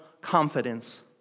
confidence